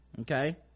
okay